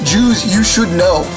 JewsYouShouldKnow